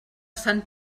sant